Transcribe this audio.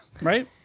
Right